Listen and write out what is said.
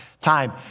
time